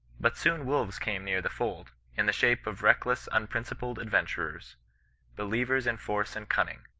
but soon wolves came near the fold, in the shape of reckless unprincipled adventurers believers in force and cunning,